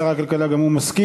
שר הכלכלה גם הוא מסכים,